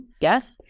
Yes